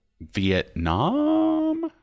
Vietnam